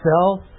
Self